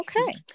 Okay